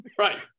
Right